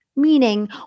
meaning